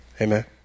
Amen